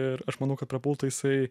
ir aš manau kad prie pulto jisai